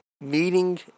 Meeting